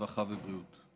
הרווחה והבריאות.